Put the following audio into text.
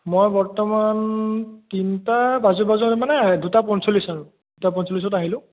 মই বৰ্তমান তিনিটা বাজো বাজো মানে দুটা পঞ্চল্লিছ আৰু দুটা পঞ্চল্লিছত আহিলোঁ